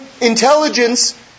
intelligence